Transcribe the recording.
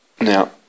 Now